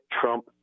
Trump